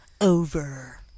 over